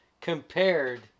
compared